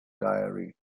diary